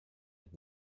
mit